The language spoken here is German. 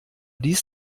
dies